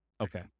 Okay